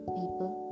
people